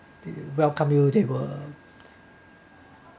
they welcome you they were